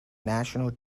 national